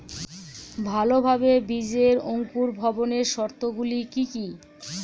ভালোভাবে বীজের অঙ্কুর ভবনের শর্ত গুলি কি কি?